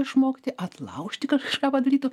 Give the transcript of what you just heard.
išmokti atlaužti kad kažką padarytų